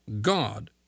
God